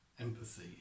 empathy